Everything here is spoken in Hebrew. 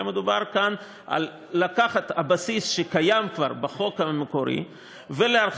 אלא מדובר כאן על לקיחת הבסיס שקיים כבר בחוק המקורי והרחבתו